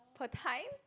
per time